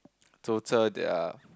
total their